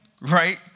right